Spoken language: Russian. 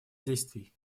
действий